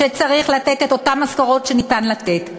שצריך לתת את אותן משכורות שניתן לתת,